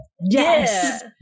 yes